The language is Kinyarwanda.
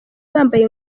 bambaye